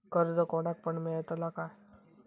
कर्ज कोणाक पण मेलता काय?